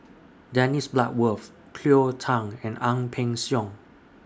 Dennis Bloodworth Cleo Thang and Ang Peng Siong